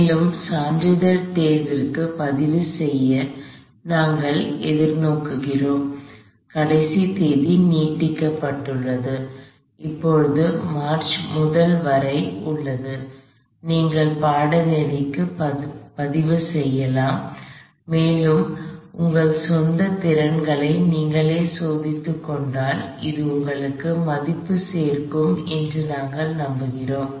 மேலும் சான்றிதழ் தேர்வுக்கு பதிவு செய்ய நாங்கள் எதிர்நோக்குகிறோம் கடைசி தேதி நீட்டிக்கப்பட்டுள்ளது இப்போது முதல் மார்ச் வரை உள்ளது நீங்கள் பாடநெறிக்கு பதிவு செய்யலாம் மேலும் உங்கள் சொந்த திறன்களை நீங்களே சோதித்துக்கொண்டால் அது உங்களுக்கு மதிப்பு சேர்க்கும் என்று நாங்கள் நம்புகிறோம்